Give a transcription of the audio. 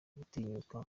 gutinyuka